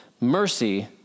Mercy